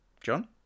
John